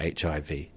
HIV